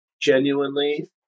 genuinely